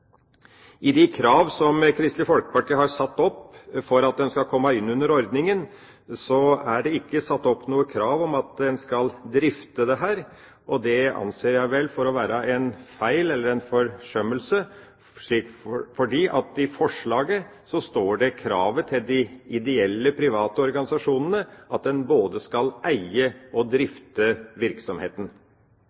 I de krav som Kristelig Folkeparti har satt opp for å komme inn under ordninga, er det ikke satt opp noe krav om at man skal drifte dette, og det anser jeg vel for å være en feil, eller en forsømmelse, for i forslaget står det at kravet til de ideelle private organisasjonene er at en skal både eie og drifte virksomheten.